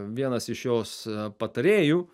vienas iš jos patarėjų